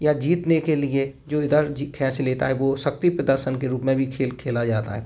या जीतने के लिए जो इधर जी खेंच लेता है वो शक्ति प्रदर्शन के रूप में भी खेल खेला जाता है